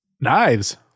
knives